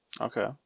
Okay